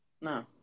No